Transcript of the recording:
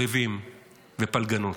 ריבים ופלגנות.